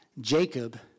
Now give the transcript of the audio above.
Jacob